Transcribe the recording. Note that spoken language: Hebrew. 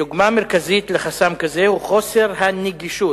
דוגמה מרכזית לחסם כזה היא חוסר הנגישות,